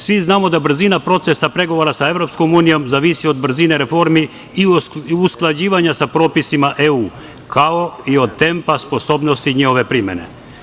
Svi znamo da brzina procesa pregovora sa EU zavisi od brzine reformi i usklađivanja sa propisima EU, kao i od tempa sposobnosti njihove primene.